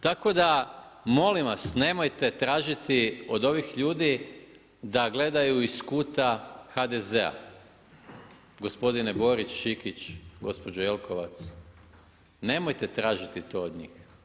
Tako da molim vas, nemojte tražiti od ovih ljudi da gledaju iz kuta HDZ-a, gospodine Borić, Šikić, gospođo Jelkovac, nemojte tražiti to od njih.